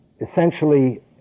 Essentially